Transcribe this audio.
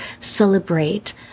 celebrate